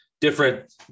different